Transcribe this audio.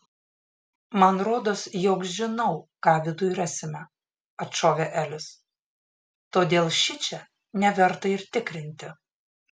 man rodos jog žinau ką viduj rasime atšovė elis todėl šičia neverta ir tikrinti